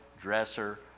dresser